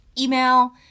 email